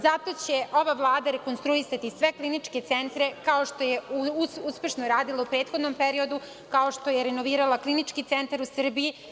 Zato će ova Vlada rekonstruisati sve kliničke centre, kao što je uspešno radila u prethodnom periodu, kao što je renovirala Klinički centar u Srbiji.